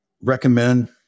recommend